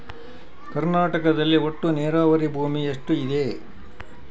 ಕರ್ನಾಟಕದಲ್ಲಿ ಒಟ್ಟು ನೇರಾವರಿ ಭೂಮಿ ಎಷ್ಟು ಇದೆ?